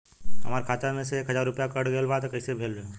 हमार खाता से एक हजार रुपया कट गेल बा त कइसे भेल बा?